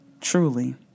truly